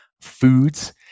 foods